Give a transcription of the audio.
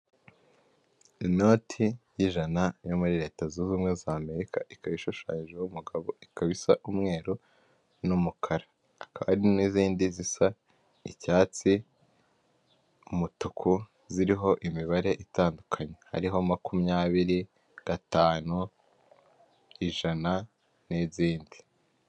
Inoti y'ijana yo muri leta zunze ubumwe z'Amerika, ikaba ishushanyijeho umugabo ikabasa umweru n'umukara hakaba hari n'izindi zisa icyatsi, umutuku ziriho imibare itandukanye hariho makumyabiri, gatanu ijana n'izindi.